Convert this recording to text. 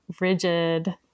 rigid